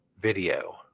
video